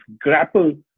grapple